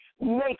Make